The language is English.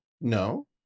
No